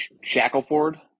Shackleford